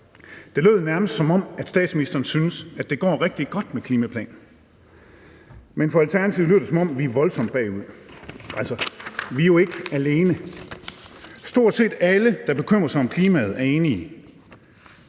Det lød nærmest, som om statsministeren synes, at det går rigtig godt med klimaplanen. Men for Alternativet lød det, som om hun er voldsomt bagud. Altså, vi er jo ikke alene: Stort set alle, der bekymrer sig om klimaet, er enige.